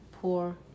pour